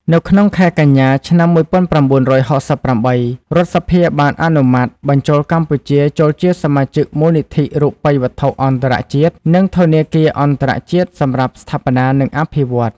នៅក្នុងខែកញ្ញា ឆ្នាំ១៩៦៨ រដ្ឋសភាបានអនុម័តបញ្ចូលកម្ពុជាចូលជាសមាជិកមូលនិធិរូបិយវត្ថុអន្តរជាតិ និងធនាគារអន្តរជាតិសម្រាប់ស្ថាបនា និងអភិវឌ្ឍន៍។